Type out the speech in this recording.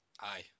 aye